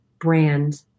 brand